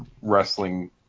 wrestling